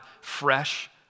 fresh